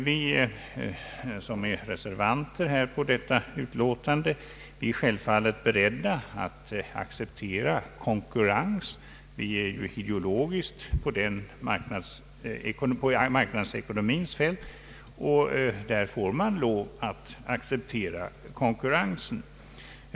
Vi som är reservanter i detta ärende är självfallet beredda att acceptera konkurrens. Vi står ju ideologiskt på marknadsekonomins fält, och där får man lov att acceptera konkurrensen.